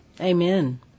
Amen